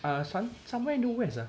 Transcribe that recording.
ah some~ somewhere in the west ah